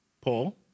Paul